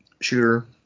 shooter